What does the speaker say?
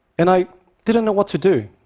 and i didn't know what to do.